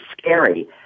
scary